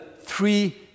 three